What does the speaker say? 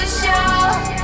show